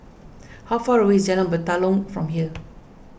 how far away is Jalan Batalong from here